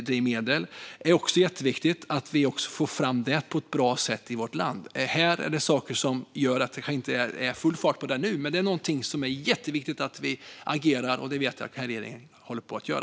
Det är också jätteviktigt att vi får fram biodrivmedel på ett bra sätt i vårt land. Detta är saker som det kanske inte är full fart på nu. Men här är det jätteviktigt att vi agerar, och det vet jag att regeringen gör.